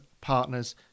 partners